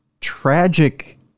tragic